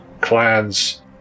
clans